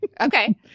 Okay